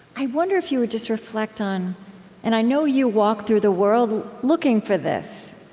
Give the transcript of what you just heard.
i wonder if you would just reflect on and i know you walk through the world looking for this.